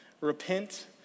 Repent